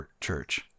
church